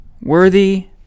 worthy